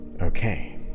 Okay